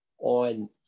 on